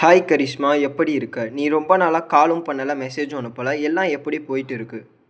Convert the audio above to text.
hi Karishma எப்படி இருக்க நீ ரொம்ப நாளாக காலும் பண்ணலை மெசேஜும் அனுப்பலை எல்லாம் எப்படி போய்கிட்டு இருக்குது